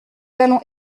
allons